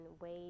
ways